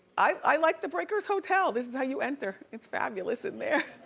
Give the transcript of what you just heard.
i like the breakers hotel, this this how you enter. it's fabulous in there.